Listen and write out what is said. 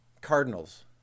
cardinals